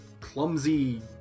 clumsy